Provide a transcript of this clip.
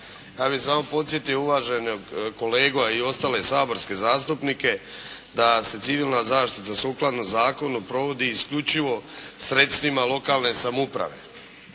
Ja bih samo podsjetio uvaženog kolegu, a i ostale saborske zastupnike da se civilna zaštita sukladno zakonu provodi isključivo sredstvima lokalne samouprave.